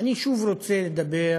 אני שוב רוצה לדבר